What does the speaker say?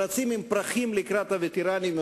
ורצים עם פרחים לקראת הווטרנים.